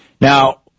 Now